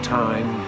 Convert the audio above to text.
time